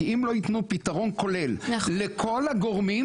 כי אם לא ייתנו פתרון כולל לכל הגורמים,